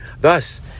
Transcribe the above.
Thus